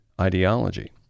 ideology